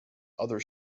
other